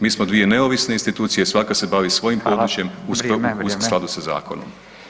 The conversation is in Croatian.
Mi smo dvije neovisne institucije svaka se bavi svojim područjem [[Upadica: Fala, vrijeme, vrijeme]] u skladu sa zakonom.